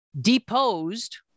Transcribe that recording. deposed